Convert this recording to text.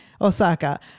Osaka